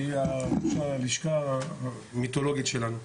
שהיא ראש הלשכה המיתולוגית שלנו.